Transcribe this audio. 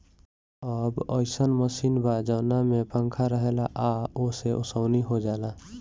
अब अइसन मशीन बा जवना में पंखी रहेला आ ओसे ओसवनी हो जाला